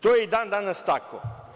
To je i dan danas tako.